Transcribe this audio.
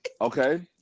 Okay